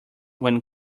when